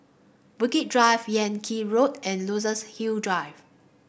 Bukit Drive Yan Kit Road and Luxus Hill Drive